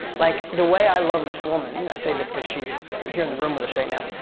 like, the way i love this woman, i say this because she's here in the room with us right now,